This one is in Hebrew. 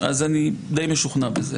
אני די משוכנע בזה.